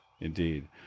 indeed